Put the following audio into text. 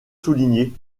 soulignés